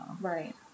right